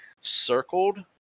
circled